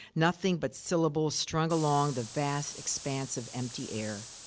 nothing but syllables strung along the vast expanse of empty air.